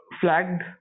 flagged